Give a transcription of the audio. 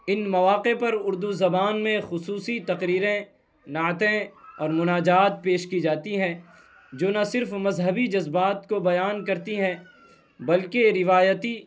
ان مواقع پر اردو زبان میں خصوصی تقریریں نعتیں اور مناجات پیش کی جاتی ہے جو نہ صرف مذہبی جذبات کو بیان کرتی ہیں بلکہ روایتی